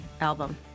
album